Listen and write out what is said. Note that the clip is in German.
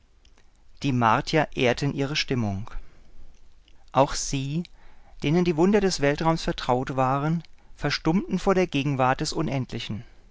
die martier ehrten ihre stimmung auch sie denen die wunder des weltraums vertraut waren verstummten vor der gegenwart des unendlichen